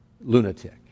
lunatic